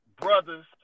brothers